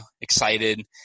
excited